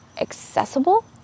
accessible